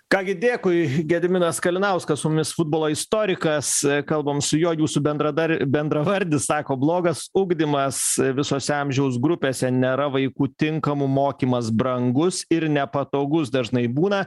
ką gi dėkui gediminas kalinauskas su mumis futbolo istorikas kalbam su juo jūsų bendradar bendravardis sako blogas ugdymas visose amžiaus grupėse nėra vaikų tinkamų mokymas brangus ir nepatogus dažnai būna